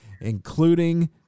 including